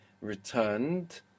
returned